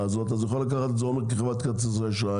הזאת אז הוא יכול לקחת את זה או מחברת כרטיסי אשראי,